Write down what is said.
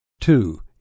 two